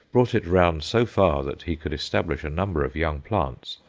brought it round so far that he could establish a number of young plants,